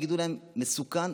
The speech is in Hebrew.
יגידו להם: מסוכן,